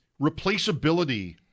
replaceability